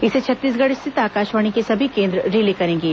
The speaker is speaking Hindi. इसे छत्तीसगढ़ स्थित आकाशवाणी के सभी केंद्र रिले करेंगे